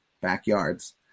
backyards